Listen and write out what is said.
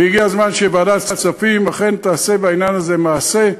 והגיע הזמן שוועדת הכספים אכן תעשה בעניין הזה מעשה.